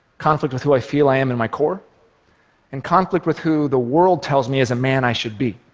conflict with who i feel i am in my core and conflict with who the world tells me as a man i should be.